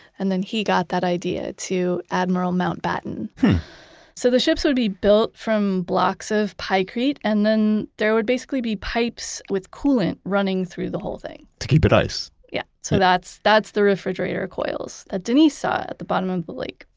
and then he got that idea to admiral mountbatten hmm so the ships would be built from blocks of pykrete, and then there would basically be pipes with coolant running through the whole thing to keep it ice? yeah. so that's that's the refrigerator coils that denise saw at the but of the lake,